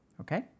okay